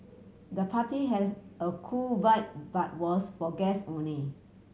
the party had a cool vibe but was for guests only